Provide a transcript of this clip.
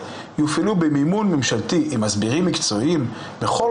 ואנחנו נמצאים בשטח כדי לוודא שהם לוקחים את